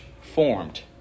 formed